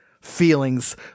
feelings